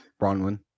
Bronwyn